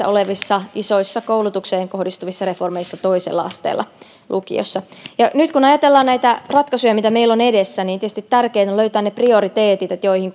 olevissa isoissa koulutukseen kohdistuvissa reformeissa toisella asteella lukiossa nyt kun ajatellaan näitä ratkaisuja mitä meillä on edessä niin tietysti tärkeintä on löytää ne prioriteetit joihin